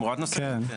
תמורה נוספת, כן.